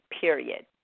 Period